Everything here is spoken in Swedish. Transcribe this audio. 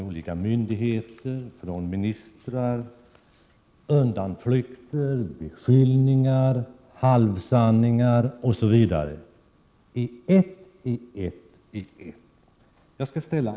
Olika myndigheter och ministrar kommer med undanflykter, framför 79 beskyllningar, säger halvsanningar osv. i en aldrig sinande ström.